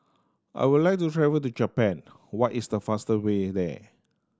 I would like to travel to Japan what is the fast way there